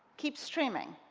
keep streaming.